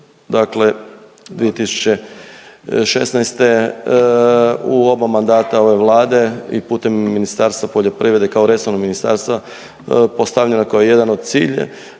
dakle 2016. u oba mandata ove Vlade i putem Ministarstva poljoprivrede kao resornog ministarstva postavljena kao jedan od cilj,